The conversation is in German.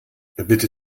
bitte